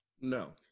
no